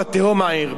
ותיהום העיר,